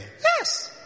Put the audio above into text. yes